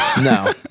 No